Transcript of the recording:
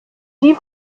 sie